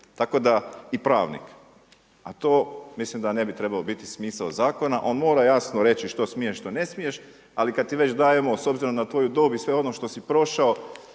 Tako da i pravnik, a to mislim da ne bi trebalo biti smisao zakona. On mora jasno reći što smiješ, što ne smiješ. Ali kad ti već dajemo s obzirom na tvoju dob i sve ono što si prošao